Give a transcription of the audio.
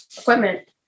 equipment